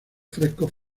frescos